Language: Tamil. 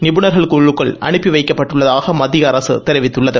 நிபுணர் குழுக்கள் அனுப்பி வைக்கப்பட்டுள்ளதாக மத்திய அரசு தெரிவித்துள்ளது